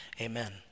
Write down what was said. Amen